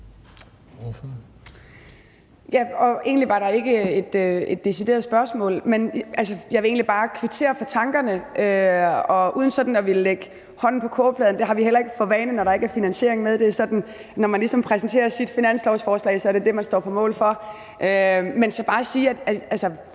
Egentlig var der jo ikke et decideret spørgsmål, men jeg vil bare kvittere for tankerne. Uden at ville lægge hånden på kogepladen – det har vi heller ikke for vane, når der ikke er finansiering med i det; når man præsenterer sit finanslovsforslag, er det det, man står på mål for – vil jeg sige, at